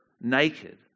naked